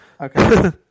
Okay